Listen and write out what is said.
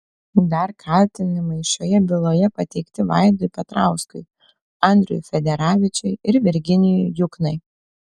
dar kaltinimai šioje byloje pateikti vaidui petrauskui andriui federavičiui ir virginijui juknai